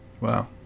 Wow